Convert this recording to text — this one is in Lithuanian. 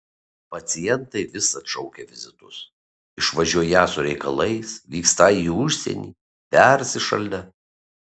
pacientai vis atšaukia vizitus išvažiuoją su reikalais vykstą į užsienį persišaldę